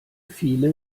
viele